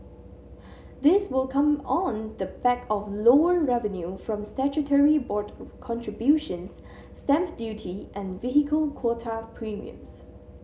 this will come on the back of lower revenue from statutory board contributions stamp duty and vehicle quota premiums